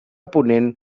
ponent